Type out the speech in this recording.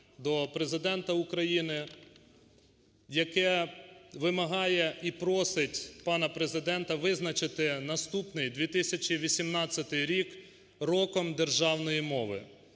до Президента України, яке вимагає і просить пана Президента визначити наступний, 2018 рік Роком державної мови.